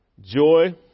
Joy